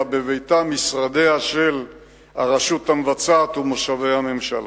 אלא בביתה-משרדיה של הרשות המבצעת ומושבי הממשלה.